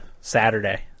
Saturday